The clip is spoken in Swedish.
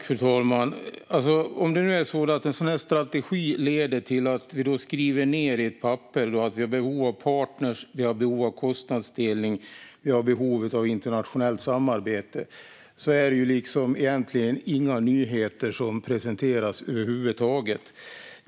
Fru talman! Om en strategi leder till att vi skriver ned på ett papper att vi har behov av partner, kostnadsdelning och internationellt samarbete är det egentligen inga nyheter som presenteras.